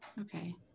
Okay